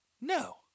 No